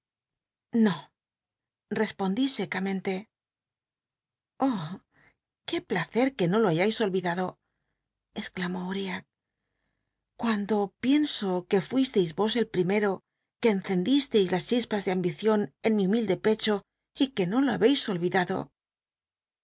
no rcspondí secamente oh qué placer que no lo bayais olvidado exclamó uriah cuando pienso que fuisteis os el primci'oque encendisteis las chispas de ambicion en mi humild e pecho y c uc no lo habeis olvidado